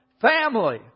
family